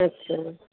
अच्छा